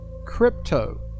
Crypto